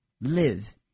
live